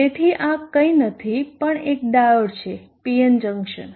તેથી આ કંઈ નથી પણ એક ડાયોડ છે PN જંક્શન